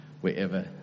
wherever